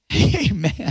Amen